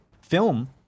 film